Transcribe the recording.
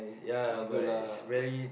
it's good lah but